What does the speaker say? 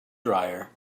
dryer